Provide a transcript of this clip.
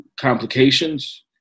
complications